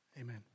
Amen